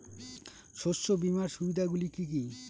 শস্য বিমার সুবিধাগুলি কি কি?